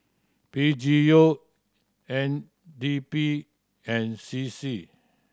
P G U N D P and C C